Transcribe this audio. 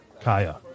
Kaya